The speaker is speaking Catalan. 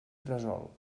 gresol